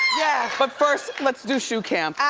yeah. but first, let's do shoe cam.